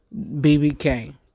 BBK